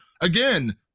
again